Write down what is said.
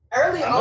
early